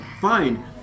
fine